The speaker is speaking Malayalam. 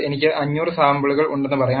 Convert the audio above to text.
എനിക്ക് 500 സാമ്പിളുകൾ ഉണ്ടെന്ന് പറയാം